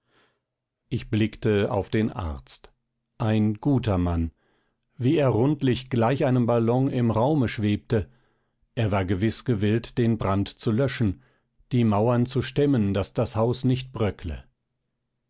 ich blickte auf den arzt ein guter mann wie er rundlich gleich einem ballon im raume schwebte er war gewiß gewillt den brand zu löschen die mauern zu stemmen daß das haus nicht bröckle